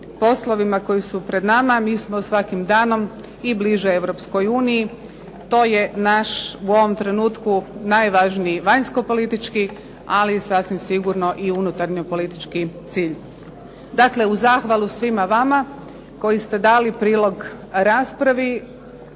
poslovima koji su pred nama mi smo svakim danom i bliže EU. To je naš, u ovom trenutku najvažniji vanjsko-politički, ali sasvim sigurno i unutarnjo-politički cilj. Dakle, uz zahvalu svima vama koji ste dali prilog raspravi